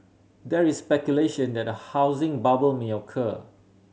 there is speculation that a housing bubble may occur